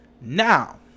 Now